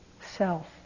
self